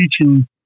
teaching